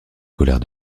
colère